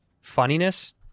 funniness